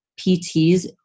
PTs